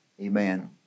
Amen